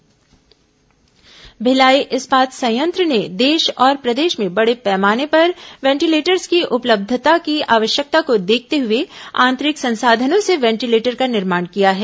corona BSP ventilator Bhilai इस्पात संयंत्र ने देश और प्रदेश में बड़े पैमाने पर वेंटीलेटर्स की उपलब्धता की आवश्यकता को देखते हुए आंतरिक संसाधनों से वेंटीलेटर का निर्माण किया है